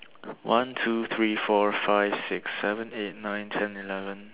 one two three four five six seven eight nine ten eleven